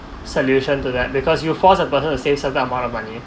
solution to that because you force a person to save certain amount of money